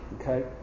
okay